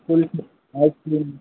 kulfi ice cream